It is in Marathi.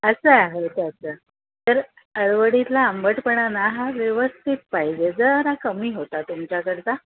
असं आहे त्याचं तर अळूवडीतला आंबटपणा ना हा व्यवस्थित पाहिजे जरा कमी होता तुमच्याकडचा